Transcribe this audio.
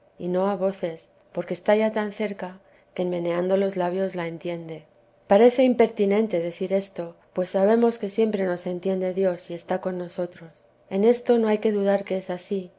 y no a voces porque está ya tan cerca que en meneando los labios la entiende parece impertinente decir esto pues sabemos que siempre nos entiende dios y está con nosotros en esto no hay que dudar que es ansí